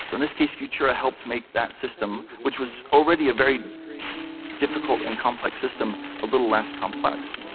so in this case, futura helped make that system, which was already a very difficult and complex system, a little less complex.